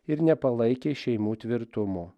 ir nepalaikė šeimų tvirtumo